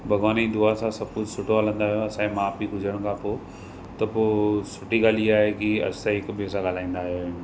भॻवान जी दुआ सां सभु कुझु सुठो हलंदा आहियूं असां जा माउ पीउ गुजरण खां पोइ त पोइ सुठी ॻाल्हि ईआ आहे की असां हिक ॿिए सां ॻाल्हाईंदा आहियूं